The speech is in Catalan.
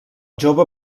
jove